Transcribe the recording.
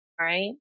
right